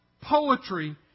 poetry